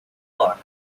luck